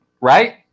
Right